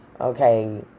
Okay